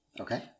Okay